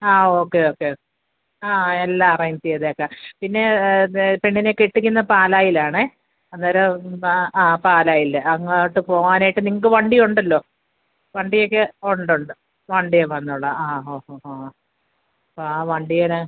okay okay എല്ലാം arrange ചെയ്തേക്കാം പിന്നെ പെണ്ണിനെ കെട്ടിക്കുന്നത് പാലായിലാണെ അതൊരു പാലായിൽ അങ്ങോട്ട് പോകാനായിട്ട് നിങ്ങൾക്ക് വണ്ടിയുണ്ടല്ലൊ വണ്ടിയൊക്കെ ഉണ്ട് ഉണ്ട് വണ്ടി വന്നോളാം വണ്ടിയെ ന്ന്